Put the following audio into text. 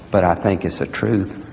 but i think it's a truth.